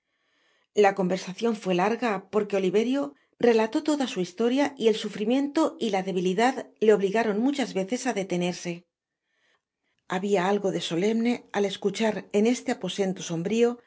la conversacion fué larga porque oliverio relató toda su historia y el sufrimiento y la debilidad le obligaron muchas veces á detenerse habia algo de solemne al escuchar en este aposento sombrio